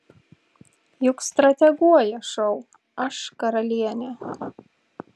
juk strateguoja šou aš karalienė